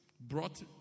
brought